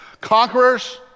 Conquerors